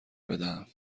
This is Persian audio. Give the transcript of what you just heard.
بدهم